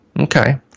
okay